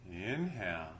inhale